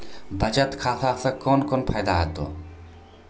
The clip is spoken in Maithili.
बचत खाता सऽ कून कून फायदा हेतु?